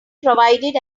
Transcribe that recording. provided